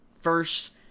first